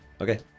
okay